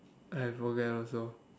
I forget also